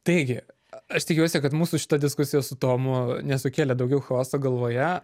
taigi aš tikiuosi kad mūsų šita diskusija su tomu nesukėlė daugiau chaoso galvoje